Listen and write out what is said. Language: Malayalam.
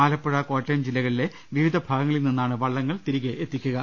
ആലപ്പുഴ കോട്ടയം ജില്ലകളിലെ വിവിധ ഭാഗങ്ങളിൽ നിന്നാണ് വള്ളങ്ങൾ തിരികെയെത്തിക്കുക